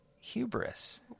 Hubris